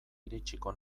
iritsiko